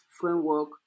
framework